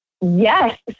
yes